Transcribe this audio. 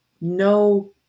no